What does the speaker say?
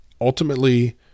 ultimately